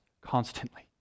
constantly